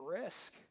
risk